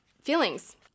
feelings